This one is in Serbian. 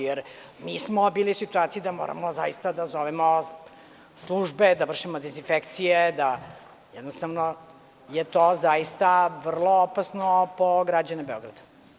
Jer mi smo bili u situaciji da zovemo službe, da vršimo dezinfekcije, da jednostavno je to zaista vrlo opasno po građane Beograda.